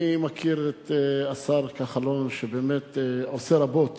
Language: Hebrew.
אני מכיר את השר כחלון, שבאמת עושה רבות